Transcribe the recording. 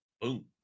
Boom